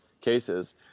cases